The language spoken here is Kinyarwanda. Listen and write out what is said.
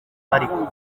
ariko